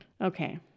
Okay